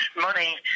Money